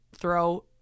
throw